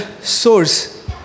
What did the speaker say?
source